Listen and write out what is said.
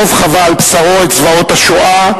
דב חווה על בשרו את זוועות השואה,